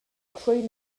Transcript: tree